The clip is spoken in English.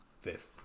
Fifth